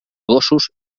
gossos